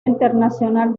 internacional